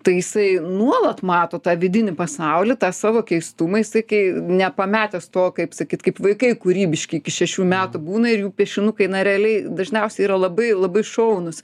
tai jisai nuolat mato tą vidinį pasaulį tą savo keistumą jisai kai nepametęs to kaip sakyt kaip vaikai kūrybiški iki šešių metų būna ir jų piešinukai na realiai dažniausia yra labai labai šaunūs